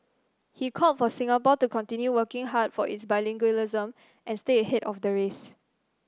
he called for Singapore to continue working hard for its bilingualism and stay ahead of the race